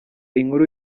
inkuru